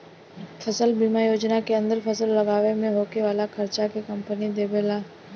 फसल बीमा योजना के अंदर फसल लागावे में होखे वाला खार्चा के कंपनी देबेला